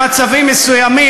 במצבים מסוימים,